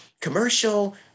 commercial